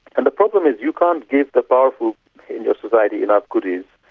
and the problem is, you can't give the powerful in your society enough goodies,